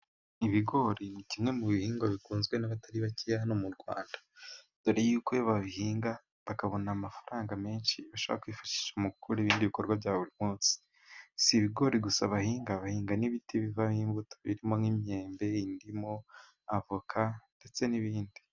Ibigori ni kimwe mu bihingwa bikunzwe n'abatari bakeya hano mu Rwanda, dore yuko babihinga bakabona amafaranga menshi, bashobora kwifashisha mu gukora ibindi bikorwa bya buri munsi. Si ibigori gusa bahinga, bahinga n'ibiti bivamo imbuto, birimo nk'imyembe, indimu, avoka, ndetse n'ibindi.